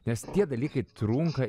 nes tie dalykai trunka